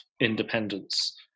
independence